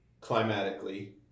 climatically